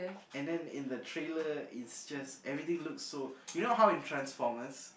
and then in the trailer is just everything looks so you know how in transformers